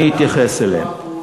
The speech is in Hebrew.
אני אתייחס אליהם.